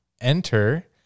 enter